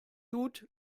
tut